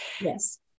yes